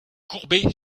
courbe